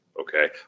okay